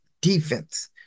defense